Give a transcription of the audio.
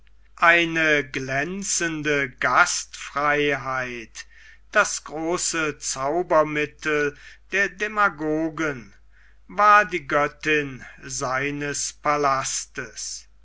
eine glänzende gastfreiheit das große zaubermittel der demagogen war die göttin seines palastes